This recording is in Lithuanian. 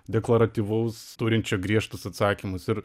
deklaratyvaus turinčio griežtus atsakymus ir